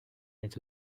est